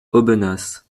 aubenas